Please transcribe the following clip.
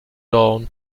dawn